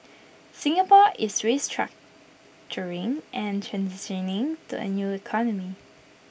Singapore is restructuring and transitioning to A new economy